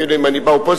אפילו אם אני באופוזיציה?